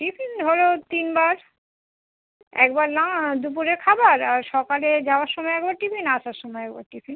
tiffin ধরো তিনবার একবার না দুপুরের খাবার আর সকালে যাওয়ার সমায় একবার টিফিন আসার সমায় একবার টিফিন